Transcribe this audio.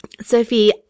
Sophie